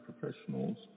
professionals